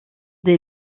des